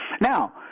Now